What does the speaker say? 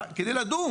רק כדי לדון,